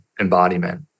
embodiment